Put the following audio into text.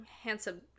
handsome